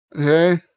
okay